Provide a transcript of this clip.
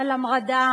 על המרדה,